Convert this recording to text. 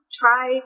try